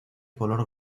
color